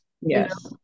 Yes